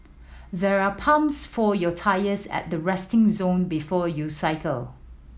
there are pumps for your tyres at the resting zone before you cycle